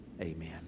Amen